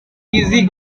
easy